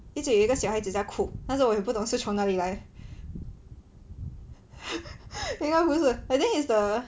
一直有一个小孩子在哭但是我也不知道是从哪里来应该不是 I think it's the